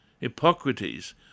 Hippocrates